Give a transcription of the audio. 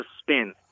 spin